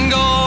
go